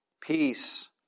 peace